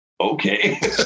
okay